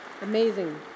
Amazing